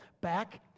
back